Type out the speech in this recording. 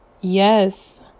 yes